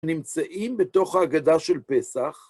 נמצאים בתוך ההגדה של פסח.